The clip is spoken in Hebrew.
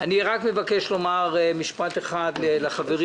והם יוארכו בכל פעם לשלוש שנים נוספות".